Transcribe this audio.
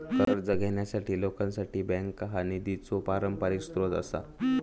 कर्ज घेणाऱ्या लोकांसाठी बँका हा निधीचो पारंपरिक स्रोत आसा